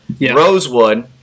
Rosewood